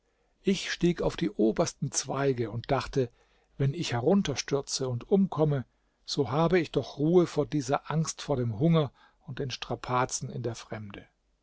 ich stieg auf die obersten zweige und dachte wenn ich herunterstürze und umkomme so habe ich doch ruhe vor dieser angst vor dem hunger und den strapazen in der fremde